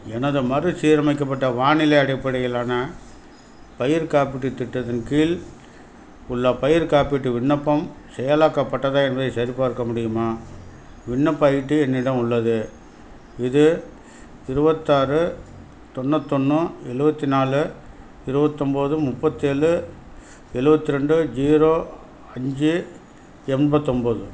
எனது மறுசீரமைக்கப்பட்ட வானிலை அடிப்படையிலான பயிர் காப்பீட்டுத் திட்டத்தின் கீழ் உள்ள பயிர்க் காப்பீட்டு விண்ணப்பம் செயலாக்கப்பட்டதா என்பதைச் சரிபார்க்க முடியுமா விண்ணப்ப ஐடி என்னிடம் உள்ளது இது இருபத்து ஆறு தொண்ணூற்று ஒன்று எழுவத்தி நாலு இருபத்து ஒம்பது முப்பத்து ஏழு எழுவத்து ரெண்டு ஜீரோ அஞ்சு எண்பத்து ஒம்பது